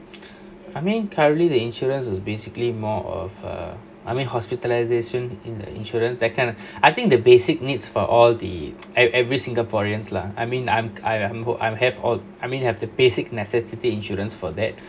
I mean currently the insurance is basically more of uh I mean hospitalisation in the insurance that kind of I think the basic needs for all the ev~ every singaporeans lah I mean I'm I'm I'm I'm have all I mean have the basic necessity insurance for that